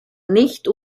nicht